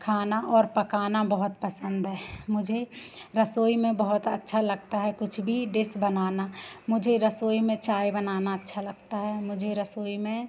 खाना और पकाना बहुत पसंद है मुझे रसोई में बहुत अच्छा लगता है कुछ भी डिस बनाना मुझे रसोई में चाय बनाना अच्छा लगता है मुझे रसोई में